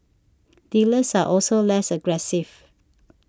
dealers are also less aggressive